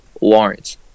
Lawrence